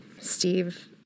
Steve